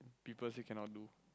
people say cannot do